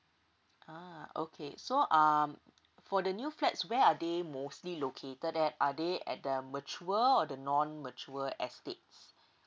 ah okay so um for the new flats where are they mostly located at are they at the mature or the non mature estates